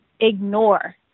ignore